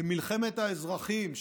במלחמת האזרחים,